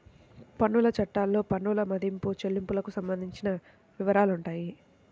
పన్నుల చట్టాల్లో పన్నుల మదింపు, చెల్లింపులకు సంబంధించిన వివరాలుంటాయి